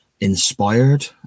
inspired